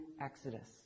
exodus